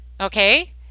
okay